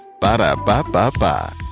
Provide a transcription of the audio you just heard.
Ba-da-ba-ba-ba